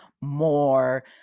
more